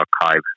archive